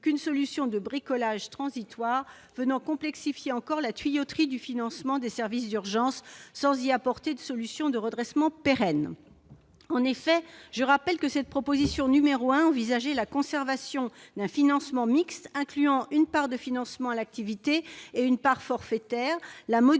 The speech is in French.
qu'une solution de " bricolage " transitoire venant complexifier encore la tuyauterie du financement des services d'urgences, sans y apporter de solution de redressement pérenne. » Je rappelle que cette proposition n° 1 envisageait la conservation d'un financement mixte incluant une part de financement à l'activité et une part forfaitaire, la modulation